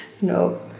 No